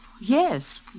Yes